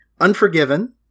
Unforgiven